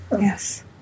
Yes